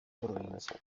provincia